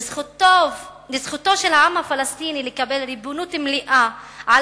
לזכותו של העם הפלסטיני לקבל ריבונות מלאה על